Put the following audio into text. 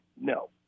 no